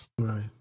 right